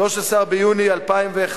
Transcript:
13 ביוני 2011,